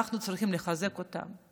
אנחנו צריכים לחזק אותם.